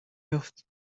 یافت